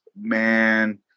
man